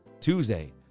Tuesday